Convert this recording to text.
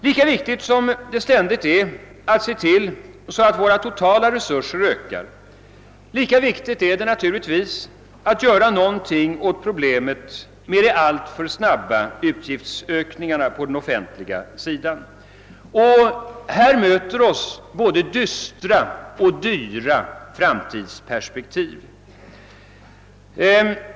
Lika viktigt som det är att ständigt se till att våra totala resurser ökar, lika viktigt är det att göra någonting åt problemet med de alltför snabba utgiftsökningarna på den offentliga sidan. Här möter oss både dystra och dyra framtidsperspektiv.